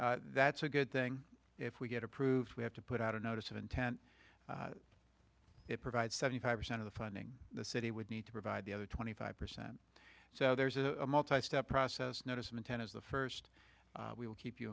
that that's a good thing if we get approved we have to put out a notice of intent it provides seventy five percent of the funding the city would need to provide the other twenty five percent so there's a multi step process notice of intent is the first we will keep you